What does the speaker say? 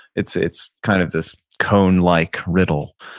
it's it's kind of this cone-like riddle,